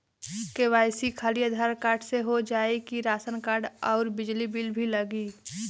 KYC खाली Aadhaar card से हो जाए कि राशन कार्ड अउर बिजली बिल भी लगी?